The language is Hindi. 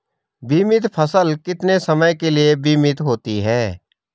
बीमित फसल कितने समय के लिए बीमित होती है?